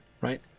right